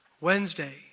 Wednesday